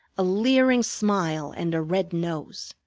a leering smile, and a red nose.